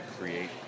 create